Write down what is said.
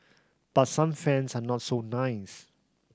but some fans are not so nice